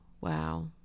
wow